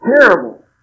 Terrible